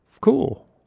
cool